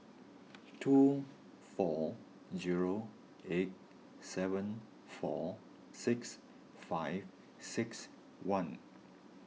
two four zero eight seven four six five six one